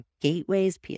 gateways